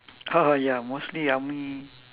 a'ah ya mostly ya mm